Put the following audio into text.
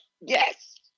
yes